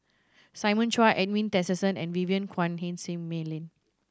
Simon Chua Edwin Tessensohn and Vivien Quahe Seah Mei Lin